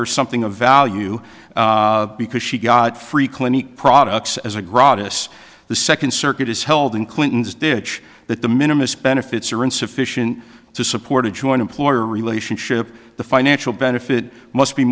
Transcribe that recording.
her something of value because she got free clinic products as a gratis the second circuit is held in clinton's dish that the minimalist benefits are insufficient to support a joint employer relationship the financial benefit must be